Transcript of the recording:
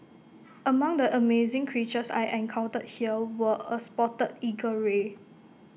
among the amazing creatures I encountered here were A spotted eagle ray